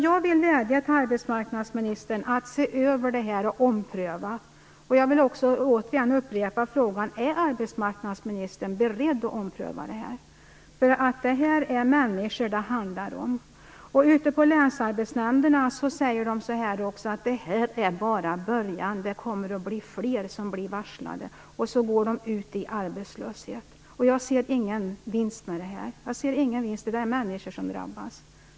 Jag vill vädja till arbetsmarknadsministern att se över det här. Jag vill också upprepa frågan: Är arbetsmarknadsministern beredd att ompröva det här? Det handlar om människor. Ute på länsarbetsnämnderna säger man också att detta bara är början, att fler kommer att varslas. De går ut i arbetslöshet. Jag ser ingen vinst med det här, när det är människor som drabbas.